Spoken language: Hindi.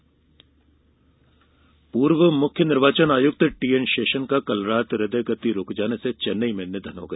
शेषन निधन पूर्व मुख्य निर्वाचन आयुक्त टी एन शेषन का कल रात हृदय गति रूक जाने चेन्नई में निधन हो गया